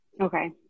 Okay